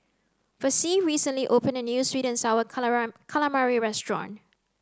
Versie recently opened a new sweet and sour calamari restaurant